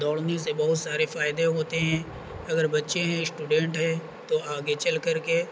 دوڑنے سے بہت سارے فائدے ہوتے ہیں اگر بچے ہیں اسٹوڈینٹ ہیں تو آگے چل کر کے